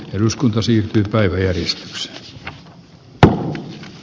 siitä sanoa vielä enempää